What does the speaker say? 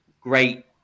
great